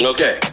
Okay